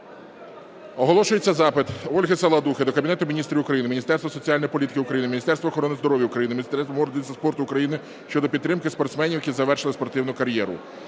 Оголошується запит Ольги Саладухи до Кабінету Міністрів України, Міністерства соціальної політики України, Міністерства охорони здоров'я України, Міністерства молоді та спорту України щодо підтримки спортсменів, які завершили спортивну кар'єру.